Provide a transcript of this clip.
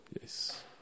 Yes